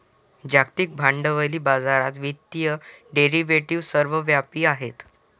जागतिक भांडवली बाजारात वित्तीय डेरिव्हेटिव्ह सर्वव्यापी आहेत